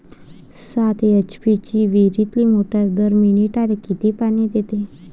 सात एच.पी ची विहिरीतली मोटार दर मिनटाले किती पानी देते?